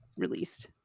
released